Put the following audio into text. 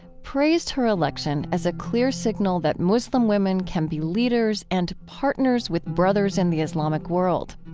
praised her election as a clear signal that muslim women can be leaders and partners with brothers in the islamic world.